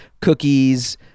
cookies